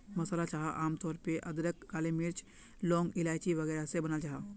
मसाला चाय आम तौर पे अदरक, काली मिर्च, लौंग, इलाइची वगैरह से बनाल जाहा